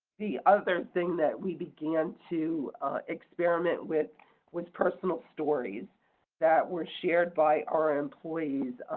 the other thing that we began to experiment with was personal stories that were shared by our employees.